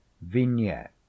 Vignette